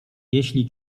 jeśli